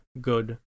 good